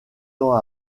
temps